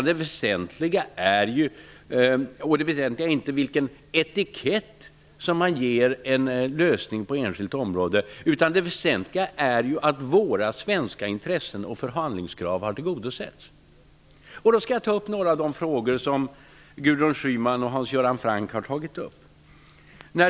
Det väsentligt är inte heller vilken etikett man ger en lösning på ett enskilt område. Det väsentliga är att våra svenska intressen och förhandlingskrav har tillgodosetts. Låt mig ta upp några av de frågor som Gudrun Schyman och Hans Göran Franck ställer.